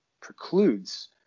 precludes